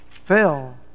fell